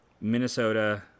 Minnesota